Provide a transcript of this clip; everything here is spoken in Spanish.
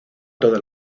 todas